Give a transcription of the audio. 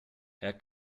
herr